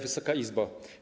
Wysoka Izbo!